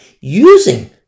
using